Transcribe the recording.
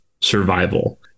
survival